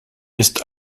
ist